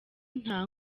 nta